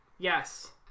Yes